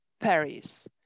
Paris